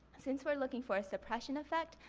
since we're looking for suppression effect,